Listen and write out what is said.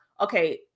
okay